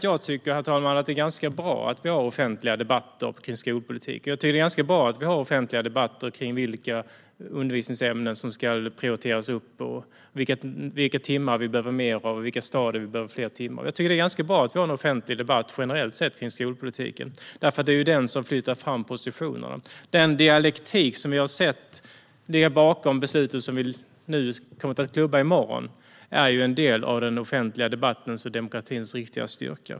Jag tycker att det är bra att vi har offentliga debatter om skolpolitiken och om vilka undervisningsämnen som ska prioriteras upp, vilka timmar vi behöver fler av och vilka stadier som behöver fler timmar. Jag tycker generellt sett att det är bra att vi har en offentlig debatt om skolpolitiken, för det är den som flyttar fram positionerna. Den dialektik som vi har sett ligger bakom det beslut som vi kommer att klubba igenom i morgon är en del av den offentliga debattens och demokratins riktiga styrka.